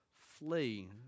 flee